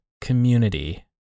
community